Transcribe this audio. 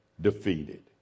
defeated